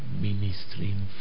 ministering